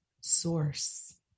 Source